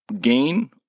gain